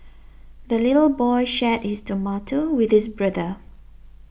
the little boy shared his tomato with his brother